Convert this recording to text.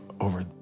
over